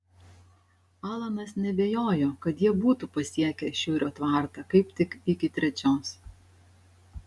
alanas neabejojo kad jie būtų pasiekę šiurio tvartą kaip tik iki trečios